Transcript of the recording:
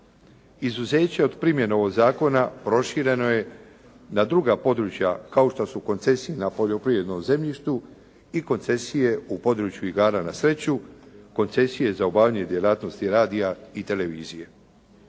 Izuzeće od primjene ovog zakona prošireno je na druga područja kao što su koncesije na poljoprivrednom zemljištu i koncesije u području igara na sreću, koncesije za obavljanje djelatnosti radia i televizije.